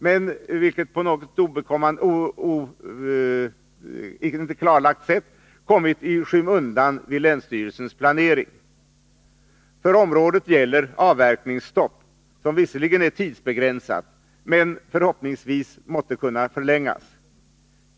Det har på något vis kommit i skymundan vid länsstyrelsens planering. För området gäller avverkningsstopp, som visserligen är tidsbegränsat men som förhoppningsvis måtte kunna förlängas.